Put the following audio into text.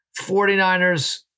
49ers